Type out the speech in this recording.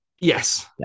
Yes